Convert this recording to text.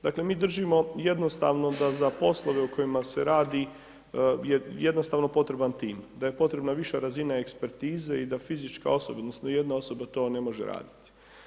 Dakle, mi držimo jednostavno da za poslove u kojima se radi je jednostavno potreban tim, da je potrebna viša razina ekspertize i da fizičke osobe odnosno jedna osoba to ne može raditi.